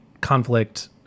conflict